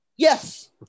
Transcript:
yes